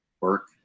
work